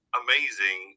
amazing